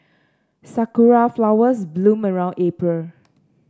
sakura flowers bloom around April